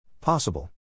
Possible